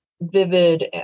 vivid